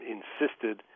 insisted